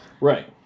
Right